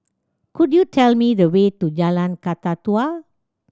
could you tell me the way to Jalan Kakatua